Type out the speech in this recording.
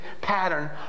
pattern